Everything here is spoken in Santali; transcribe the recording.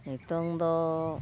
ᱱᱤᱛᱳᱜ ᱫᱚ